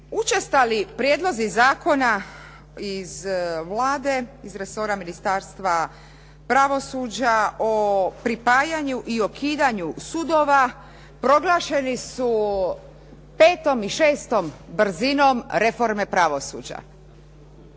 Učestali prijedlozi zakona iz Vlade, iz resora Ministarstva pravosuđa o pripajanju i okidanju sudova proglašeni su petom i šestom brzinom reforme pravosuđa.